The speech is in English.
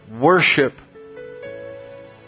worship